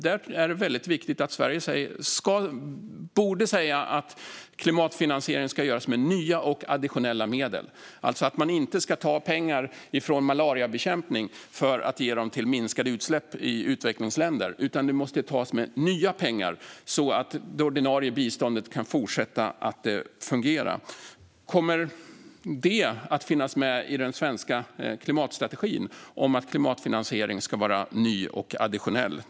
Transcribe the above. Där borde Sverige säga att klimatfinansiering ska göras med nya och additionella medel. Man ska alltså inte ta pengar från malariabekämpning för att minska utsläppen i utvecklingsländer, utan detta måste göras med nya pengar så att det ordinarie biståndet kan fortsätta att fungera. Kommer detta - att klimatfinansiering ska vara ny och additionell - att finnas med i den svenska klimatstrategin?